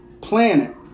planet